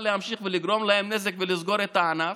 להמשיך לגרום להם נזק ולסגור את הענף,